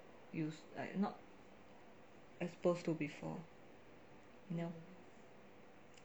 used like not exposured to before you know